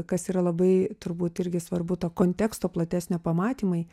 kas yra labai turbūt irgi svarbu to konteksto platesnio pamatymai